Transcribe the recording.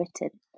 written